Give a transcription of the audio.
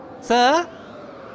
Sir